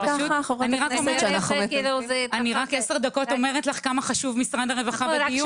במשך עשר דקות אומרת לך כמה חשוב משרד הרווחה בדיון.